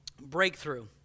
breakthrough